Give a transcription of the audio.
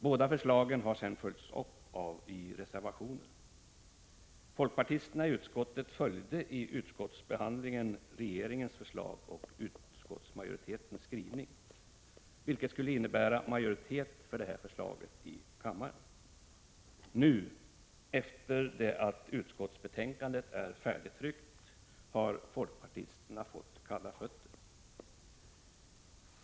Båda förslagen har sedan följts upp i reservationer. Folkpartisterna i utskottet följde vid utskottsbehandlingen regeringens förslag och gick med på utskottsmajoritetens skrivning, vilket skulle innebära majoritet för detta förslag i kammaren. Nu, efter det att utskottsbetänkandet är färdigtryckt, har folkpartisterna fått kalla fötter.